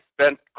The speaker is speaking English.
spent